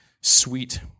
sweet